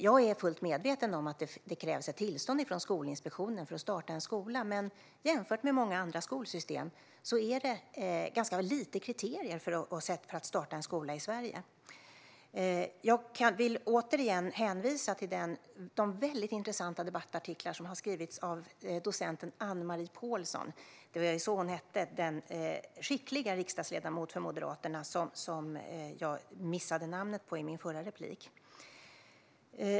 Jag är fullt medveten om att det krävs ett tillstånd från Skolinspektionen för att starta en skola, men jämfört med många andra skolsystem finns det ganska få kriterier för att starta en skola i Sverige. Jag hänvisar återigen till de väldigt intressanta debattartiklar som har skrivits av docent Anne-Marie Pålsson. Det var ju så den skickliga moderata riksdagsledamoten heter som jag missade namnet på i mitt förra anförande.